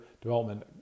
development